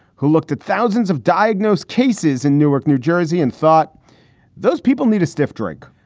who looked at thousands of diagnosed cases in newark, new jersey, and thought those people need a stiff drink,